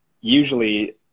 usually